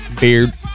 Beard